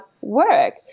work